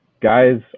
guys